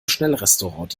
schnellrestaurant